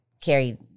carry